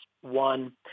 One